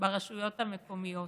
ברשויות המקומיות